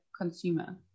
consumer